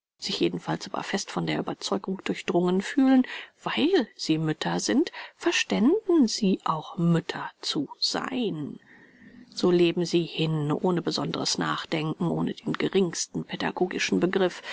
sich jedenfalls aber fest von der ueberzeugung durchdrungen fühlen weil sie mütter sind verständen sie auch mütter zu sein so leben sie hin ohne besondres nachdenken ohne den geringsten pädagogischen begriff